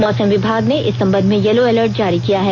मौसम विभाग ने इस संबंघ में येलो अलर्ट जारी किया है